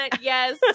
yes